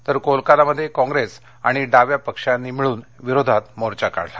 तर कोलकातामध्ये कॉंग्रेस आणि डाव्यापक्षांनी मिळून मोर्चा काढला